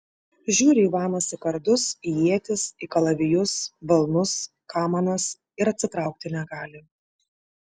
žiūri ivanas į kardus į ietis į kalavijus balnus kamanas ir atsitraukti negali